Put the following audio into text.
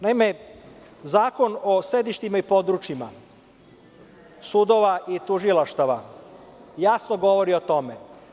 Naime, Zakon o sedištima i područjima sudova i tužilaštava jasno govori o tome.